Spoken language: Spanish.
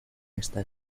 esta